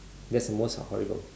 that's most uh horrible